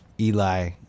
Eli